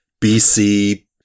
BC